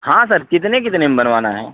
हाँ सर कितने कितने में बनवाना है